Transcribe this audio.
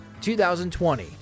2020